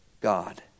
God